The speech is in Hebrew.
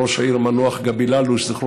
ראש העיר המנוח גבי ללוש, זכרו